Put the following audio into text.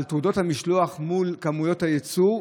על תעודות המשלוח מול כמויות היצוא.